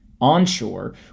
Onshore